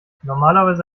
normalerweise